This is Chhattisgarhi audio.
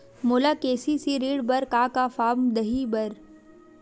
मोला के.सी.सी ऋण बर का का फारम दही बर?